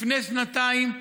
לפני שנתיים היו,